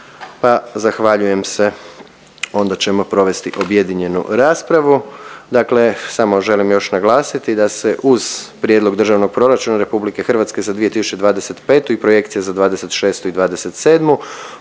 Pa zahvaljujem se. Onda ćemo provesti objedinjenu raspravu. Dakle samo želim još naglasiti da se Uz Prijedlog državnog proračuna Republike Hrvatske za 2025. godinu i projekcija za '26. i 2027.